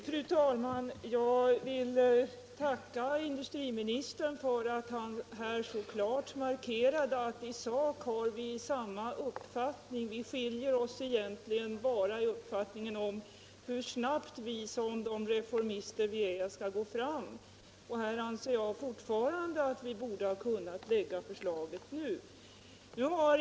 Fru talman! Jag vill tacka industriministern för att han här så klart markerat att vi i sak har samma uppfattning. Vi skiljer oss egentligen bara i uppfattningen om hur snabbt vi som de reformister vi är skall gå fram. Här anser jag fortfarande att vi borde ha kunnat lägga fram ett förslag nu.